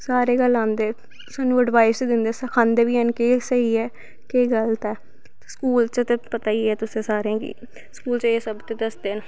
सारे गै लांदे स्हानू अड़वाईस दिंदे सखांदे बी हैन कि एह् स्हेई ऐ एह् गल्त ऐ स्कूल च तुसें पता ई ऐ सारें गी स्कूल च एह् सब ते दसदे ल